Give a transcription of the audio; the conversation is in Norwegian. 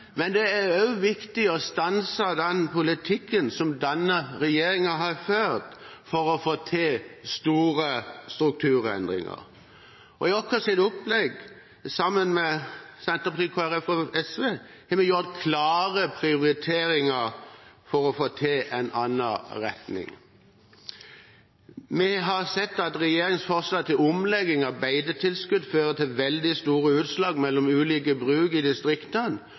men det er også viktig å stanse den politikken som denne regjeringen har ført for å få til store strukturendringer. I vårt opplegg, som vi har sammen med Senterpartiet, Kristelig Folkeparti og SV, har vi gjort klare prioriteringer for å få til en annen retning. Vi har sett at regjeringens forslag til omlegging av beitetilskudd fører til veldig store utslag mellom ulike bruk i distriktene,